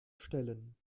stellen